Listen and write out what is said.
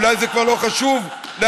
אולי זה כבר לא חשוב להחלטות.